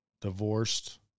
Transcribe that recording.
divorced